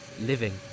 living